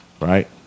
right